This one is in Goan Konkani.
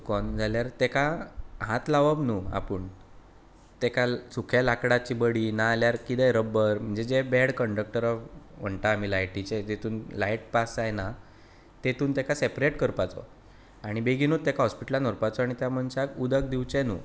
चुकोन जाल्यार तेका हात लावप न्हू आपूण तेका सुक्या लाकडाची बडी नाल्यार कितेंय रब्बर म्हणजे जे बॅड कण्डक्टर ऑफ म्हणटा आमी लायटीचे जेतून लायट पास जायना तेतून ताका सॅपरेट करपाचो आनी बेगिनूत ताका हॉस्पिटलान व्हरपाचो आनी त्या मनशाक उदक दिवचें न्हू